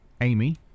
Amy